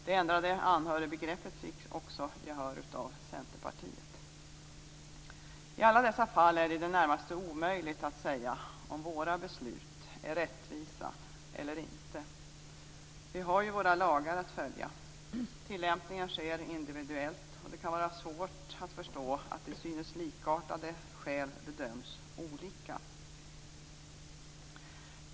Det ändrade anhörigbegreppet har också fått gehör av Centerpartiet. I alla dessa fall är det i det närmaste omöjligt att säga om våra beslut är rättvisa eller inte. Vi har ju våra lagar att följa. Tillämpningen sker individuellt, och det kan vara svårt att förstå att till synes likartade skäl bedöms olika.